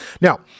Now